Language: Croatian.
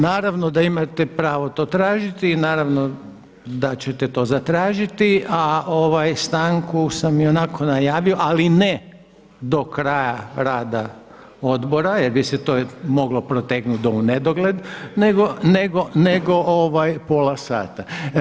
Naravno da imate pravo to tražiti i naravno da ćete to zatražiti, a stanku sam ionako najavio ali ne do kraja rada odbora jer bi se to moglo protegnut do u nedogled, nego pola sata.